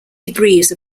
degrees